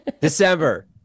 December